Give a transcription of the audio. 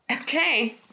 Okay